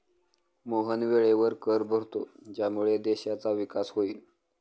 मोहन वेळेवर कर भरतो ज्यामुळे देशाचा विकास होईल